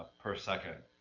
per second.